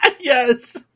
Yes